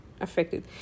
affected